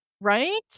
Right